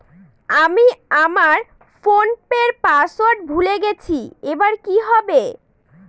আমি আমার ফোনপের পাসওয়ার্ড ভুলে গেছি এবার কি হবে?